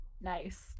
Nice